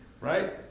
right